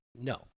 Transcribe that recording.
no